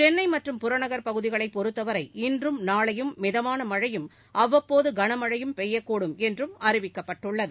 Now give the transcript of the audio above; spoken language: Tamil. சென்னைமற்றும் புறநகா் பகுதிகளைபொறுத்தவரை இன்றும் நாளையும் மிதமானமழையும் அவ்வப்போதுகனமழையும் பெய்யக்கூடும் என்றும் அறிவிக்கப்பட்டுள்ளது